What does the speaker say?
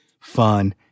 fun